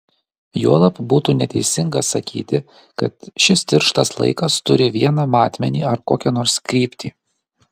juolab būtų neteisinga sakyti kad šis tirštas laikas turi vieną matmenį ar kokią nors kryptį